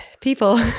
people